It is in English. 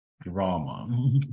drama